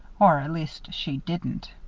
or at least she didn't.